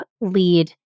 lead